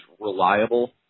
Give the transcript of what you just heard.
reliable